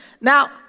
Now